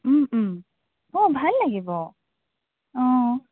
ওম ওম অ ভাল লাগিব অ